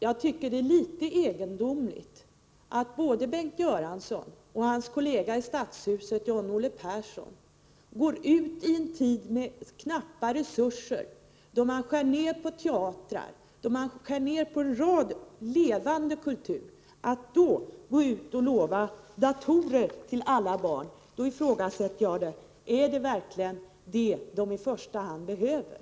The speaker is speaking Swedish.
Jag tycker att det är litet egendomligt att både Bengt Göransson och hans kollega i Stockholms stadshus John-Olle Persson i en tid med knappa resurser, då man skär ner på anslag till teatrar och annan levande kultur, går ut och lovar datorer till alla barn. Jag ifrågasätter om det verkligen är vad de i första hand behöver.